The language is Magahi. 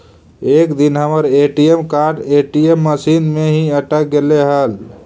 एक दिन हमर ए.टी.एम कार्ड ए.टी.एम मशीन में ही अटक गेले हल